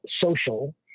social